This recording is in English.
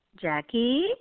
Jackie